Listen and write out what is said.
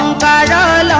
da da